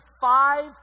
five